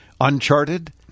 Uncharted